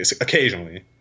occasionally